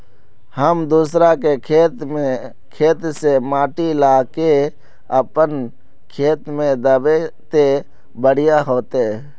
हम दूसरा के खेत से माटी ला के अपन खेत में दबे ते बढ़िया होते?